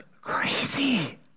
crazy